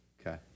Okay